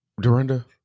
Dorinda